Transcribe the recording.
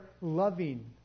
loving